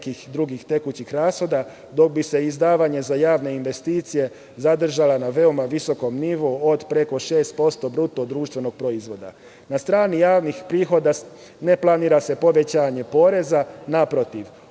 nekih drugih tekućih rashoda dok bi se izdavanje za javne investicije zadržalo na veoma visokom nivou od preko 6% BDP. Na strani javnih prihoda ne planira se povećanje poreza, naprotiv